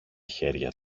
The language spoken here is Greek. χέρια